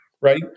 Right